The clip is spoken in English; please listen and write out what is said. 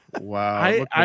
Wow